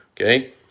Okay